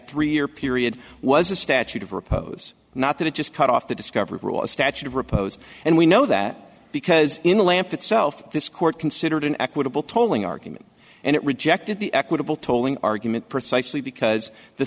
three year period was a statute of repose not that it just cut off the discovery rules statute of repose and we know that because in the lamp itself this court considered an equitable tolling argument and it rejected the equitable tolling argument precisely because the